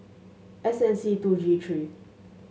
S N C two G three